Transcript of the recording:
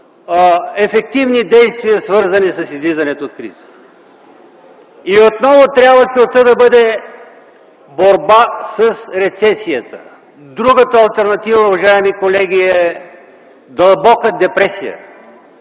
ефективни действия, свързани с излизането от кризата. Целта отново трябва да бъде борба с рецесията. Другата алтернатива, уважаеми колеги, е дълбока депресия.